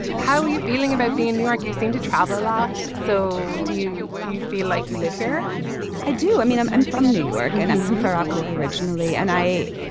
how are you feeling about being new york. you seem to travel a lot. so do you. do you feel like you live here i do. i mean i'm i'm from new york and i'm from far rockaway originally and i.